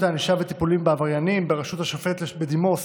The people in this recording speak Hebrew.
הענישה וטיפולים בעבריינים בראשות השופטת בדימוס